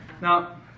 Now